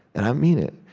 and i mean it.